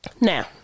Now